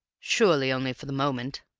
surely only for the moment?